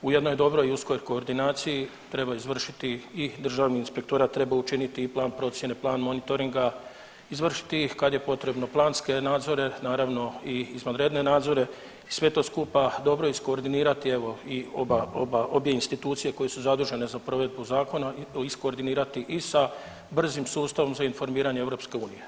Ujedno je dobro i u uskoj je koordinaciji i treba izvršiti i državni inspektorat treba učiniti i plan procijene i plan monitoringa, izvršiti kad je potrebno planske nadzore naravno i izvanredne nadzore i sve to skupa dobro iskoordinirati, evo i oba, oba, obje institucije koje su zadužene za provedbu zakona iskoordinirati i sa brzim sustavom za informiranje EU.